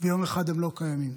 ויום אחד הם לא קיימים.